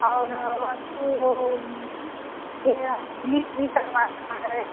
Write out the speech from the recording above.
और वह ब्लीच भी करवाना है